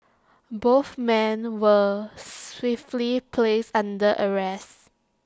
both men were swiftly placed under arrest